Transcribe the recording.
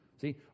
See